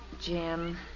Jim